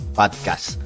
podcast